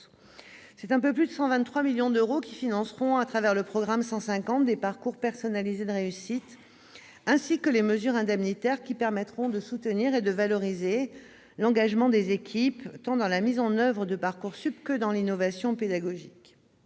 C'est un peu plus de 123 millions d'euros qui financeront, au travers du programme 150, des parcours personnalisés de réussite, ainsi que les mesures indemnitaires qui permettront de soutenir et de valoriser l'engagement des équipes, tant dans la mise en oeuvre de Parcoursup que dans l'innovation pédagogique.